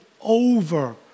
over